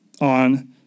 on